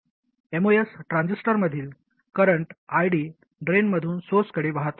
MOS ट्रान्झिस्टरमधील current ID ड्रेनमधून सोर्सकडे वाहतो